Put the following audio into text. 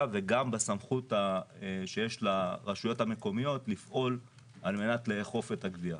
וגם בסמכות שיש לרשויות המקומיות לפעול על מנת לאכוף את הגבייה.